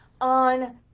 on